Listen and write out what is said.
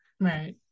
Right